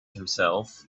himself